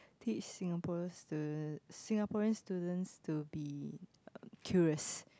teach Singaporeans students Singaporeans students to be curious